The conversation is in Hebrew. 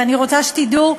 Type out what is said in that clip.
אני רוצה שתדעו,